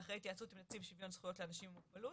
ואחרי התייעצות לנציב שוויון זכויות לאנשים עם מוגבלות,